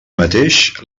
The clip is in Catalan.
mateix